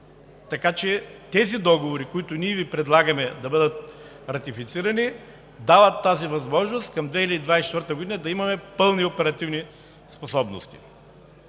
Така че, тези договори, които Ви предлагаме да бъдат ратифицирани, дават възможност към 2024 г. да имаме пълни оперативни способности.